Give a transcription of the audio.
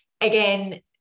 again